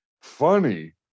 funny